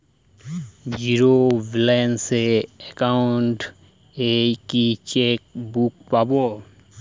Zero balance account এ কি chequebook পাব?